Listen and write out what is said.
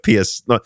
PS